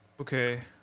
Okay